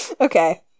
Okay